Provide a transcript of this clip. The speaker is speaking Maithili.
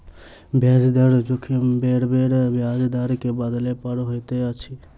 ब्याज दर जोखिम बेरबेर ब्याज दर के बदलै पर होइत अछि